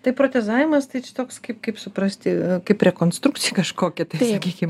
tai protezavimas tai čia toks kaip kaip suprasti kaip rekonstrukcija kažkokia tai sakykim